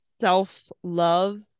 self-love